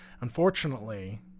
Unfortunately